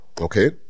Okay